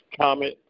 comment